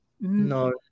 No